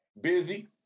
Busy